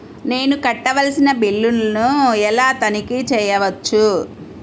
నేను కట్టవలసిన బిల్లులను ఎలా తనిఖీ చెయ్యవచ్చు?